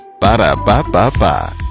ba-da-ba-ba-ba